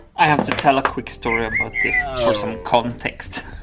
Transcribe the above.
i have to tell a quick story about this for some context.